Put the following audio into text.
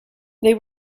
they